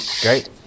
Great